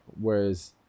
whereas